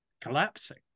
collapsing